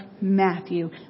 Matthew